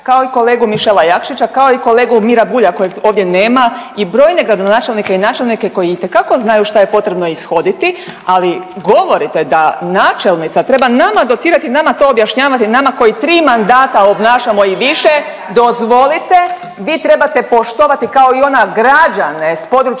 kao i kolegu Mišela Jakšića, kao i kolegu Mira Bulja kojeg ovdje nema i brojne gradonačelnike i načelnike koji itekako znaju šta je potrebno ishoditi, ali govorite da načelnica treba nama docirati i nama to objašnjavati nama koji 3 mandata obnašamo i više …/Upadica se ne razumije./… dozvolite vi trebate poštovati kao i ona građane s područja